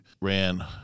ran